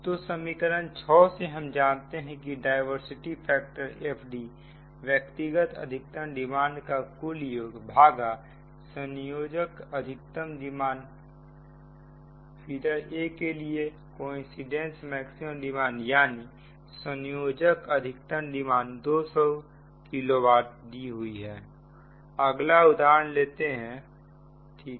तो समीकरणों 6 से हम जानते हैं कि डायवर्सिटी फैक्टर FD व्यक्तिगत अधिकतम डिमांड का कुल योग भागा संयोजक अधिकतम डिमांड फीडर A के लिए कोइंसिडेंस मैक्सिमम डिमांड यानी संयोजक अधिकतम डिमांड 200 किलो वाट दी हुई है